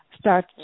start